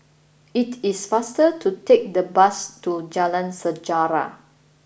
it is faster to take the bus to Jalan Sejarah